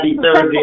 Thursday